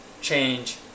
change